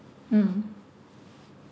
mm